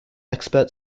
expert